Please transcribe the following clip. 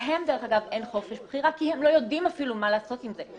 להם דרך אגב אין חופש בחירה כי הם לא יודעים אפילו מה לעשות עם זה.